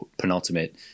penultimate